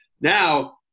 now